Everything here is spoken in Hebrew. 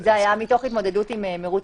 זה היה מתוך התמודדות עם מרוץ